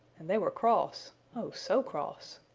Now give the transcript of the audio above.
and they were cross oh so cross!